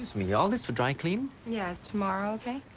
me. all this for dry cleaning? yeah. is tomorrow okay?